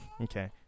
Okay